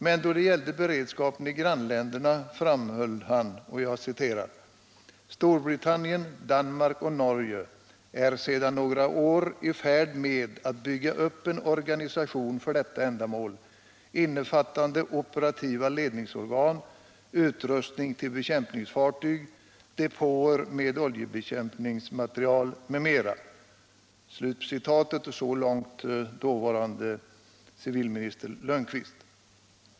Men då det gällde beredskapen i grannländerna framhöll han: ”Storbritannien, Danmark och Norge är sedan några år i färd med att bygga upp en organisation för detta ändamål, innefattande operativa ledningsorgan, utrustning till bekämpningsfartyg, depåer med oljebekämpningsmateriel m.m.” Så långt den dåvarande civilministern Lundkvist.